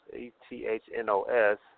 E-T-H-N-O-S